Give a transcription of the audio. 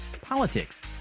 politics